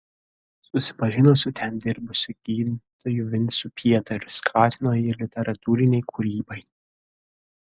susipažino su ten dirbusiu gydytoju vincu pietariu skatino jį literatūrinei kūrybai